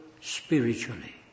spiritually